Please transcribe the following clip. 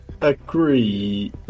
agree